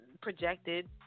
projected